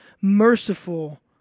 merciful